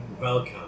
welcome